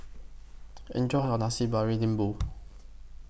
Enjoy your Nasi Lembu